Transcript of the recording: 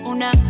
Una